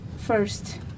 first